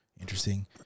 Interesting